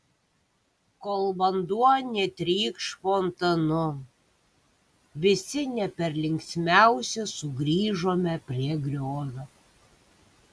kol vanduo netrykš fontanu visi ne per linksmiausi sugrįžome prie griovio